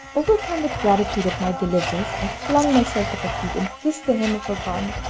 overcome with gratitude at my deliverance, i flung myself at her feet, and kissed the hem of her garment.